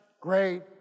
great